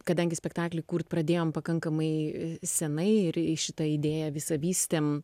kadangi spektaklį kurt pradėjom pakankamai senai ir į šitą idėją visa vystėm